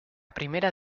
primera